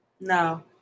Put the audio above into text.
No